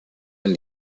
del